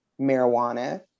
marijuana